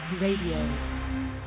Radio